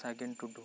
ᱥᱟᱜᱮᱱ ᱴᱩᱰᱩ